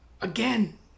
again